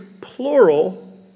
plural